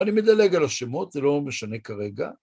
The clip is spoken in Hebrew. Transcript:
אני מדלג על השמות, זה לא משנה כרגע.